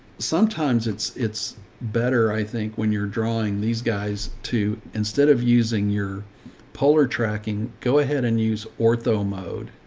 sometimes it's, it's better. i think when you're drawing these guys to, instead of using your polar tracking, go ahead and use ortho mode.